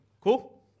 Cool